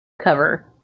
cover